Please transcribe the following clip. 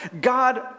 God